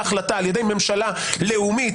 ההחלטה התקבלה על ידי ממשלה לאומית,